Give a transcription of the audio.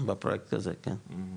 בפרויקט הזה, כן.